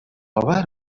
آور